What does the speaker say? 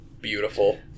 Beautiful